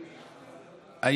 שבועיים,